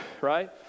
Right